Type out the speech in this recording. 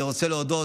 אני רוצה להודות,